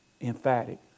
emphatic